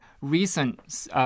Recent